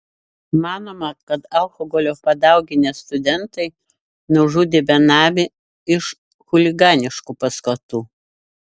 manoma kad alkoholio padauginę studentai nužudė benamį iš chuliganiškų paskatų